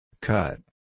Cut